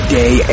day